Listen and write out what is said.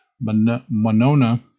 Monona